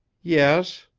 yes,